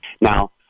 Now